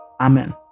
Amen